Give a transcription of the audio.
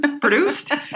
produced